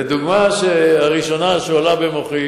והדוגמה הראשונה שעולה במוחי